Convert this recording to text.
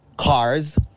cars